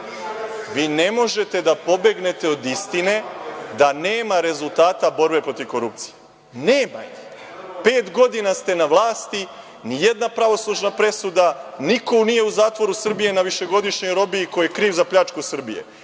Vi ne možete da pobegnete od istine da nema rezultata borbe protiv korupcije. Nema ih. Pet godina ste na vlasti - ni jedna pravosnažna presuda, niko nije u zatvoru Srbije na višegodišnjoj robiji koji je kriv za pljačku Srbije.